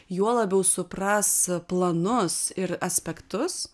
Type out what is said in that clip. juo labiau supras planus ir aspektus